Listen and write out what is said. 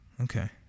Okay